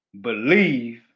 Believe